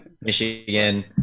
Michigan